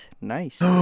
Nice